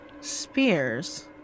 spears